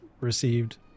received